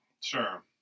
Sure